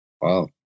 Wow